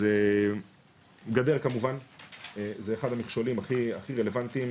אז גדר כמובן זה אחד המכשולים הכי-הכי רלוונטיים,